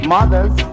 Mothers